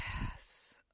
Yes